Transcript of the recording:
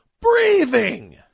breathing